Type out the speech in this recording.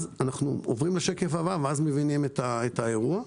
אז אנחנו עוברים לשקף הבא ומבינים את האירוע.